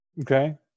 Okay